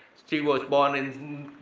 she was born and